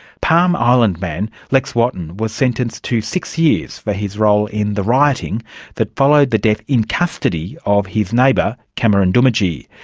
palm island man lex wotton was sentenced to six years for his role in the rioting that followed the death in custody of his neighbour cameron doomadgee.